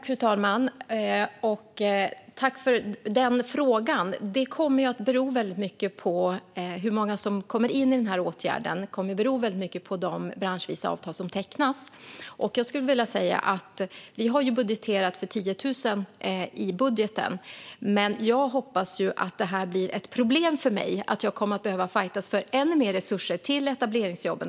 Fru talman! Jag tackar för den frågan! Det kommer att bero väldigt mycket på hur många som kommer in i den här åtgärden, och det kommer att bero mycket på de branschvisa avtal som tecknas. Vi har budgeterat för 10 000 i budgeten, men jag hoppas ju att detta blir ett problem för mig - att jag kommer att behöva fajtas för ännu mer resurser till etableringsjobben.